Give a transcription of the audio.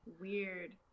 weird